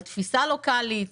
על תפיסה לוקלית,